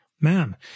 man